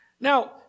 now